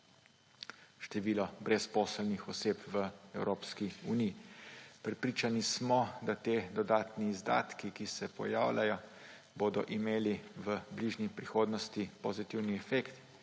številk brezposelnih oseb v Evropski uniji. Prepričani smo, da ti dodatni izdatki, ki se pojavljajo, bodo imeli v bližnji prihodnosti pozitivni efekt,